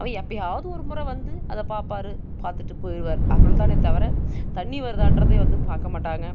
அவர் எப்போயாவது ஒரு முறை வந்து அதை பார்ப்பாரு பார்த்துட்டு போயிடுவாரு அவ்வளோ தானே தவிர தண்ணி வருதாகிறதே வந்து பார்க்க மாட்டாங்க